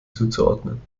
zuzuordnen